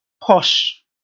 posh